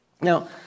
Now